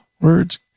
Words